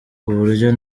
buryo